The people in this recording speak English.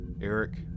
Eric